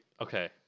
Okay